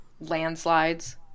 landslides